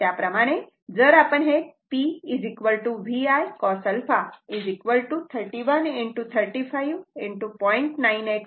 त्याप्रमाणे जर आपण PVI cos 𝛂 31 35 0